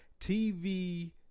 TV